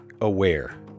aware